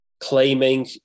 claiming